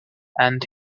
and